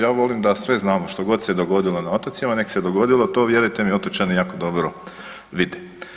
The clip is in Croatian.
Ja volim da sve znamo što god se je dogodilo na otocima nek se dogodilo, to vjerujte mi otočani jako dobro vide.